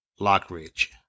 Lockridge